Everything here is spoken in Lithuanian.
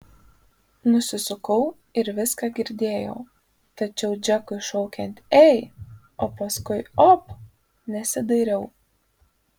nusisukau ir viską girdėjau tačiau džekui šaukiant ei o paskui op nesidairiau